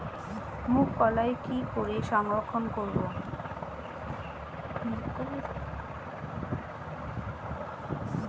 মুঘ কলাই কি করে সংরক্ষণ করব?